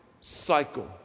cycle